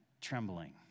trembling